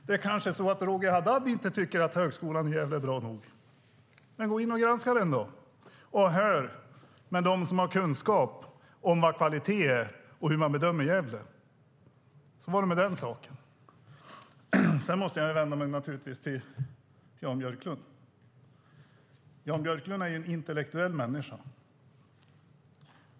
Det kanske är så att Roger Haddad inte tycker att högskolan i Gävle är bra nog? Men gå in och granska den då och hör med dem som har kunskap om vad kvalitet är och hur man bedömer Gävle. Så var det med den saken. Sedan måste jag naturligtvis vända mig till Jan Björklund. Jan Björklund är en intellektuell människa.